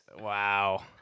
Wow